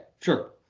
sure